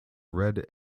red